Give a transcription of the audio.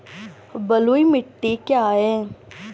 बलुई मिट्टी क्या है?